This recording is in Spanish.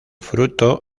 fruto